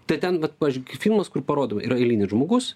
tai ten vat pavyzdžiui filmas kur parodo yra eilinis žmogus